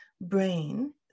brain